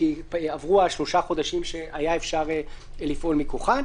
כי עברו שלושה החודשים שאפשר היה לפעול מכוחן.